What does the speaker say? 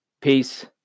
Peace